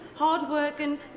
hard-working